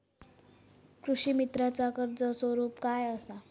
कृषीमित्राच कर्ज स्वरूप काय असा?